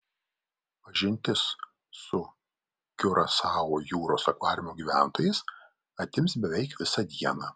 pažintis su kiurasao jūros akvariumo gyventojais atims beveik visą dieną